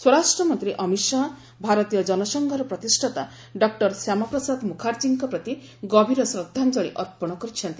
ସ୍ୱରାଷ୍ଟ୍ରମନ୍ତ୍ରୀ ଅମିତ ଶାହା ଭାରତୀୟ ଜନସଂଘର ପ୍ରତିଷ୍ଠାତା ଡକୁର ଶ୍ୟାମାପ୍ରସାଦ ମୁଖାର୍ଜୀଙ୍କ ପ୍ରତି ଗଭୀର ଶ୍ରଦ୍ଧାଞ୍ଜଳି ଅର୍ପଣ କରିଛନ୍ତି